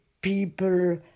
people